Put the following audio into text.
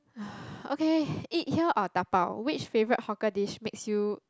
okay eat here or dabao which favourite hawker dish makes you